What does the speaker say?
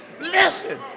Listen